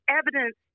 evidence